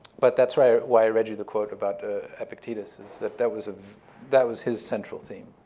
but that's why why i read you the quote about epictetus is that that was ah that was his central theme.